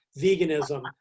veganism